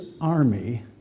army